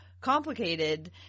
complicated